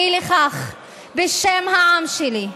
אי-לכך, בשם העם שלי,